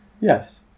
Yes